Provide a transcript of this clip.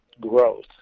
growth